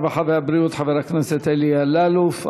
הרווחה והבריאות חבר הכנסת אלי אלאלוף.